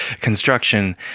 construction